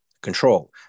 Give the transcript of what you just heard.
Control